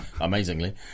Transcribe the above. Amazingly